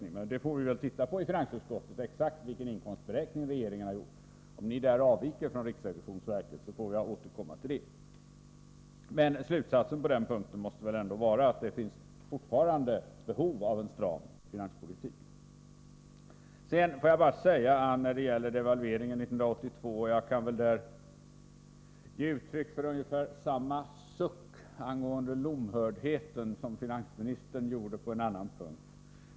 I finansutskottet får vi väl titta på exakt vilken inkomstberäkning regeringen har gjort, och om denna avviker från RRV:s får jag återkomma till det. Slutsatsen på den punkten måste väl ändå vara att det fortfarande finns behov av en stram finanspolitik. Får jag beträffande devalveringen 1982 ge uttryck för ungefär samma suck angående lomhördhet som den finansministern undslapp sig på en annan punkt.